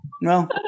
No